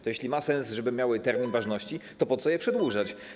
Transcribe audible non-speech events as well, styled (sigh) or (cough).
To, jeśli ma sens, żeby miały termin ważności, (noise) to po co je przedłużać?